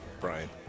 Brian